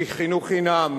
כחינוך חינם,